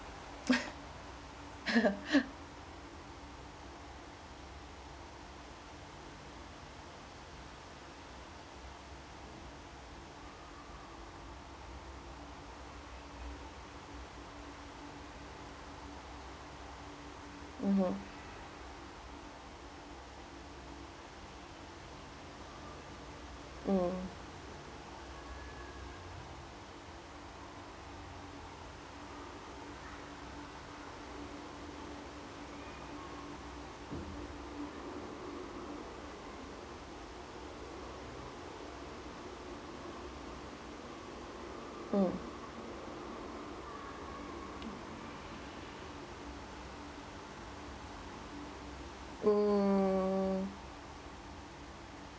mmhmm mm mm mm